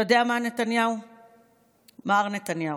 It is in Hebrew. אתה יודע מה, מר נתניהו,